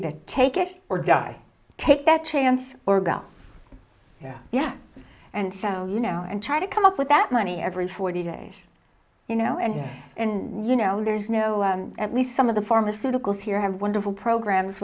either take it or die take that chance or go yeah and found you know and try to come up with that money every forty days you know and and you know there's no at least some of the pharmaceuticals here have wonderful programs